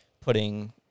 putting